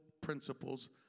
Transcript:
principles